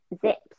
zips